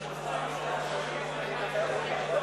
חיליק נעלם,